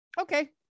okay